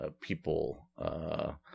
people